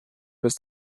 was